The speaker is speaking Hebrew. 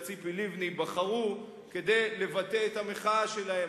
ציפי לבני בחרו כדי לבטא את המחאה שלהם.